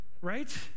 right